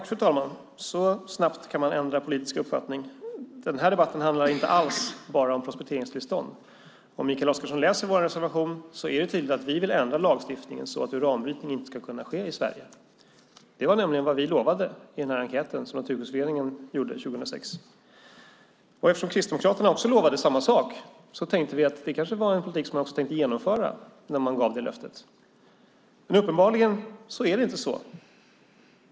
Fru talman! Så snabbt kan man ändra politisk uppfattning. Den här debatten handlar inte alls bara om prospekteringstillstånd. Om Mikael Oscarsson läser vår reservation blir det tydligt att vi vill ändra lagstiftningen så att uranbrytning inte ska kunna ske i Sverige. Det var nämligen vad vi lovade i den enkät som Naturskyddsföreningen gjorde 2006. Eftersom Kristdemokraterna lovade samma sak trodde vi att det var något som de tänkte genomföra. Uppenbarligen är det inte så.